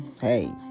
hey